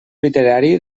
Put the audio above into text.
literari